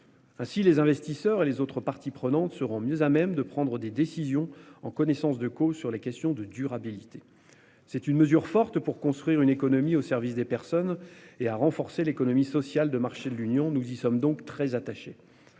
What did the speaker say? Ainsi les investisseurs et les autres parties prenantes seront mieux à même de prendre des décisions en connaissance de cause sur les questions de durabilité. C'est une mesure forte pour construire une économie au service des personnes et à renforcer l'économie sociale de marché de l'Union, nous y sommes donc très attachés.